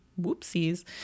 whoopsies